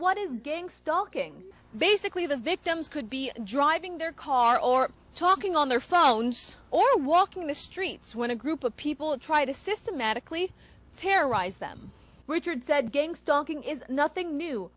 is gang stalking basically the victims could be driving their car or talking on their phones or walking the streets when a group of people try to systematically terrorize them richard said gang stalking is nothing new